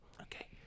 Okay